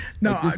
no